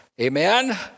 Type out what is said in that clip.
Amen